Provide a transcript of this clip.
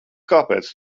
kāpēc